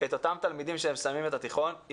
את אותם תלמידים שמסיימים את התיכון היא